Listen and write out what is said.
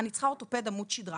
אני צריכה אורתופד עמוד שדרה.